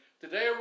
today